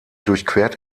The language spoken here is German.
durchquert